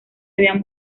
habían